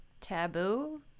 taboo